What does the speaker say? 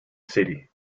city